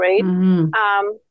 right